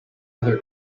other